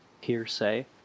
hearsay